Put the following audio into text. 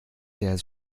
der